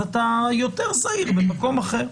אז אתה יותר זהיר במקום אחר.